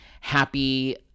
happy